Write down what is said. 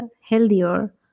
healthier